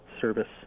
service